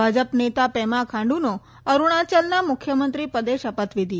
ભાજપ નેતા પેમા ખાંડુનો અરૂણાચલના મૂખ્યમંત્રી પદે શપથવિધિ